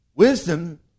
Wisdom